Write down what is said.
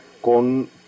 con